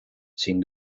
sin